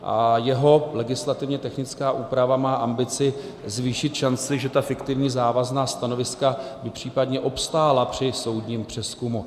A jeho legislativně technická úprava má ambici zvýšit šanci, že ta fiktivní závazná stanoviska by případně obstála při soudním přezkumu.